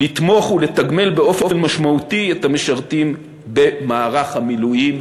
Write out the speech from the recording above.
לתמוך ולתגמל באופן משמעותי את המשרתים במערך המילואים,